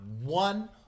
one